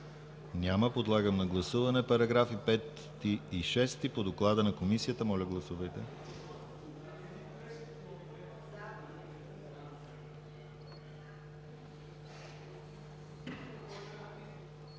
Няма. Подлагам на гласуване параграфи 5 и 6 по доклада на Комисията. Гласували